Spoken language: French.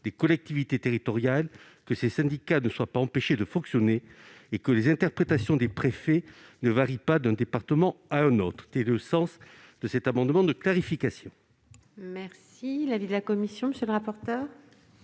des collectivités territoriales que ces syndicats ne soient pas empêchés de fonctionner et que les interprétations des préfets ne varient pas d'un département à un autre. Tel est le sens de cet amendement de clarification. Quel est l'avis de la commission ? Cet amendement